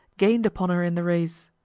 gained upon her in the race.